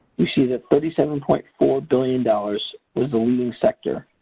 we see that thirty seven point four billion dollars is the leading sector